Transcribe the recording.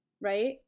right